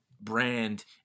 brand